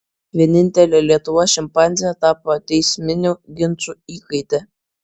vienintelė lietuvos šimpanzė tapo teisminių ginčų įkaite